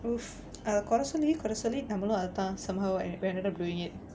!oof! err குறை சொல்லி குறை சொல்லி:kurai solli kurai solli somehow I ended up doing it